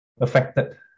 affected